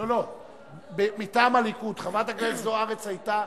הליכוד מחדש?